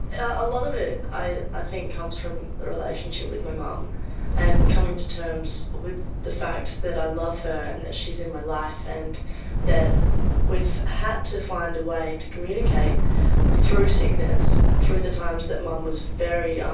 a lot of it i think comes from the relationship with my mum um and coming to terms with the fact that i love her and that she's in my life and that we've had to find a way to communicate through sickness, through the times that mum was very um